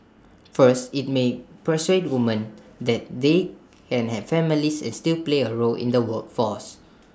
first IT may persuade woman that they can have families and still play A role in the workforce